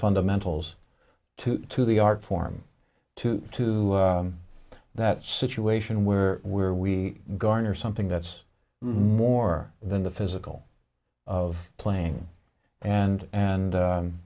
fundamentals to to the art form to to that situation where we're we garner something that's more than the physical of playing and and